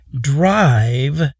drive